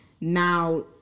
now